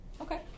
Okay